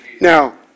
now